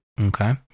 Okay